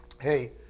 Hey